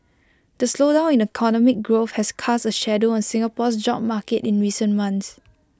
the slowdown in economic growth has cast A shadow on Singapore's job market in recent months